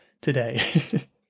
today